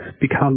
become